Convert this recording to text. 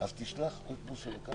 כשיקול יחיד איפה הוא יישן,